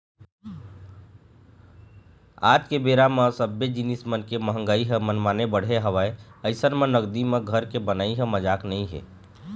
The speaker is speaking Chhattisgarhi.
आज के बेरा म सब्बे जिनिस मन के मंहगाई ह मनमाने बढ़े हवय अइसन म नगदी म घर के बनई ह मजाक नइ हे